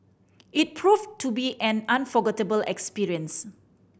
it proved to be an unforgettable experience